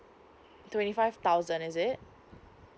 twenty five thousand is it